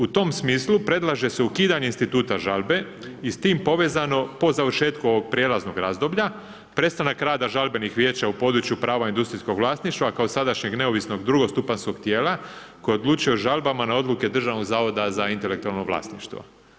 U tom smislu predlaže se ukidanje instituta žalbe i s tim po završetku ovog prijelaznog razdoblja, prestanak rada žalbenih vijeća u području prava industrijskog vlasništva kao sadašnjeg neovisnog drugostupanjskog tijela, koje odlučuje o žalbama na odluke Državnog zavoda za intelektualno vlasništvo.